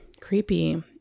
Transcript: creepy